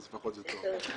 אז לפחות זה טוב.